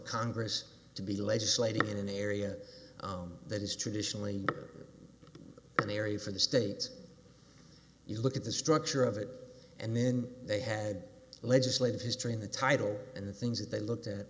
congress to be legislating in an area that is traditionally an area for the states you look at the structure of it and then they had legislative history in the title and the things that they looked at